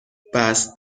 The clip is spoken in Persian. بسط